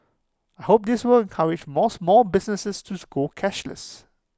I hope this will encourage morse more businesses to school cashless